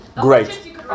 Great